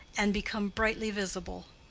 and become brightly visible.